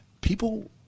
People